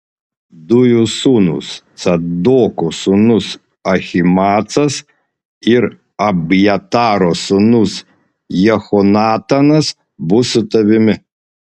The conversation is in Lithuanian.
du jų sūnūs cadoko sūnus ahimaacas ir abjataro sūnus jehonatanas bus su tavimi